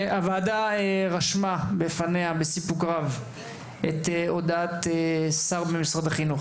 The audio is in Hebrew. הוועדה רשמה בפניה בסיפוק רב את הודעת השר במשרד החינוך,